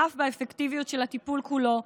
ואף באפקטיביות הטיפול כולו,